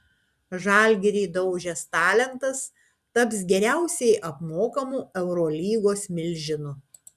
žalgirį daužęs talentas taps geriausiai apmokamu eurolygos milžinu